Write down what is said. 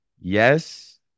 yes